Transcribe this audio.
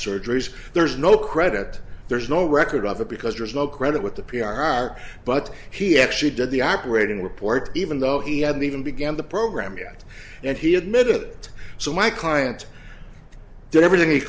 surgeries there's no credit there's no record of it because there's no credit with the p r but he actually did the operating report even though he hadn't even began the program yet and he admitted it so my client did everything